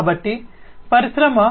కాబట్టి పరిశ్రమ 4